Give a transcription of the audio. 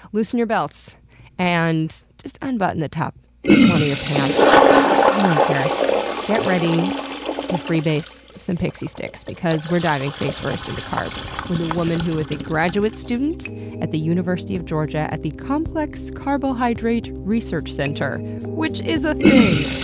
loosen your belts and just unbutton the top one of your pants, no one cares, and get ready to freebase some pixie sticks, because we're diving face first into carbs with a woman who is a graduate student at the university of georgia at the complex carbohydrate research center. which is a thing!